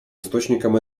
источником